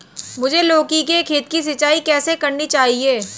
मुझे लौकी के खेत की सिंचाई कैसे करनी चाहिए?